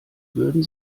würden